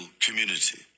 community